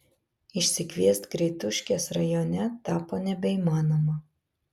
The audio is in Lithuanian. išsikviest greituškės rajone tapo nebeįmanoma